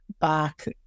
back